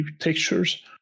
textures